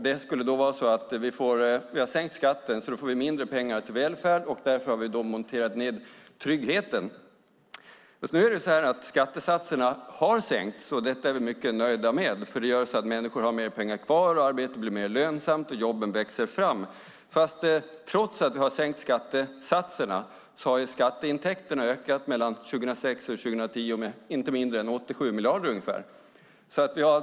Det skulle alltså vara så att vi har sänkt skatten, får mindre pengar till välfärd och därför har monterat ned tryggheten. Skattesatserna har sänkts, och det är vi mycket nöjda med. Det gör nämligen att människor har mer pengar kvar, att arbete blir mer lönsamt och att jobben växer fram. Men trots att vi har sänkt skattesatserna har skatteintäkterna ökat med inte mindre än ungefär 87 miljarder mellan 2006 och 2010.